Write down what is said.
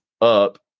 up